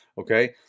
Okay